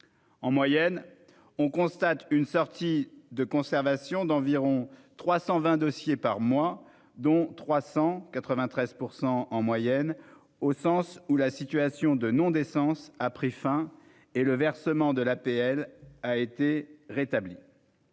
En moyenne, on constate une sortie de conservation d'environ 320 dossiers par mois, dont 300, soit en moyenne 93 %, au sens où la situation de non-décence a pris fin et le versement de l'APL a été rétabli,